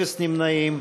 אפס נמנעים.